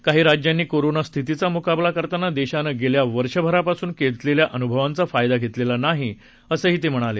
काही राज्यांनी कोरोना स्थितीचा मुकाबला करतांना देशानं गेल्या वर्षभरापासून घेतलेल्या अनुभवांचा फायदा घेतलेला नाही असंही ते म्हणाले